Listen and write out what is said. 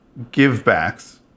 givebacks